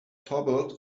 toppled